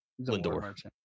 Lindor